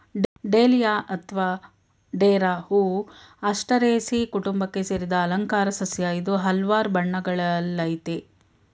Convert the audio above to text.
dahlia ಅತ್ವ ಡೇರಾ ಹೂ ಆಸ್ಟರೇಸೀ ಕುಟುಂಬಕ್ಕೆ ಸೇರಿದ ಅಲಂಕಾರ ಸಸ್ಯ ಇದು ಹಲ್ವಾರ್ ಬಣ್ಣಗಳಲ್ಲಯ್ತೆ